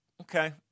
Okay